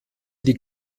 die